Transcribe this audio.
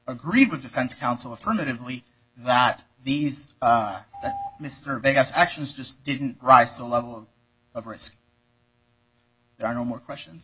agreed with defense counsel affirmatively that these mr vegas actions just didn't rise the level of risk there are no more questions